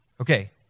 Okay